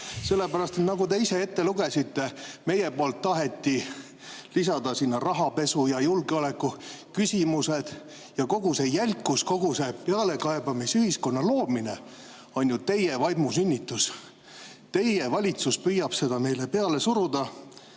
hale. Nagu te ise ette lugesite, meie tahtsime lisada sinna rahapesu- ja julgeolekuküsimused, aga kogu see jälkus, kogu see pealekaebamisühiskonna loomine on ju teie vaimusünnitis. Teie valitsus püüab seda meile peale suruda.